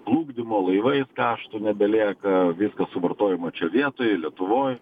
plukdymo laivais kaštų nebelieka viskas suvartojama čia vietoj lietuvoj